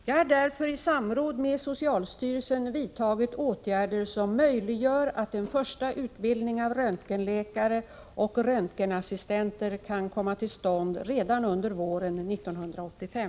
Jag har därför i samråd med socialstyrelsen vidtagit åtgärder som möjliggör att en första utbildning av röntgenläkare och röntgenassistenter kan komma till stånd redan under våren 1985.